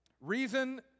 Reason